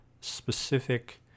specific